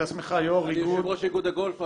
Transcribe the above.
אני יושב-ראש איגוד הגולף.